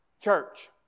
church